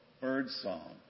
Birdsong